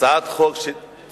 הצעת חוק צודקת,